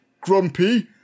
Grumpy